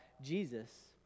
Jesus